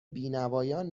بینوایان